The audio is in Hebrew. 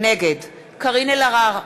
נגד קארין אלהרר,